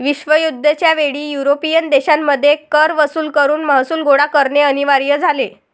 विश्वयुद्ध च्या वेळी युरोपियन देशांमध्ये कर वसूल करून महसूल गोळा करणे अनिवार्य झाले